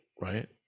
right